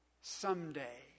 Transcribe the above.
someday